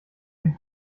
den